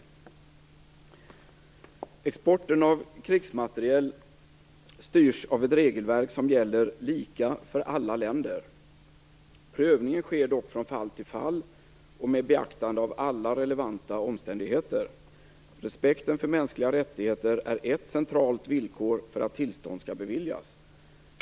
Exporten av krigsmateriel styrs av ett regelverk som gäller lika för alla länder. Prövningen sker dock från fall till fall och med beaktande av alla relevanta omständigheter. Respekten för mänskliga rättigheter är ett centralt villkor för att tillstånd skall beviljas.